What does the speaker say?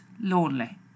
lonely